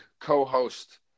co-host